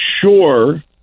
sure